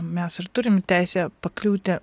mes ir turim teisę pakliūti